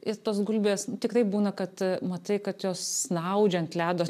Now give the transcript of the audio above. ir tos gulbės tikrai būna kad matai kad jos snaudžia ant ledo